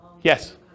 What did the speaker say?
Yes